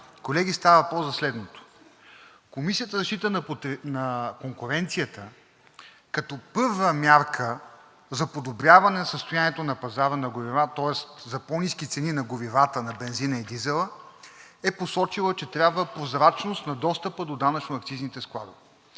Колеги, става въпрос за следното – Комисията за защита на конкуренцията, като първа мярка за подобряване състоянието на пазара на горива, тоест за по-ниски цени на горивата на бензина и дизела, е посочила, че трябва прозрачност на достъпа до данъчно-акцизните складове.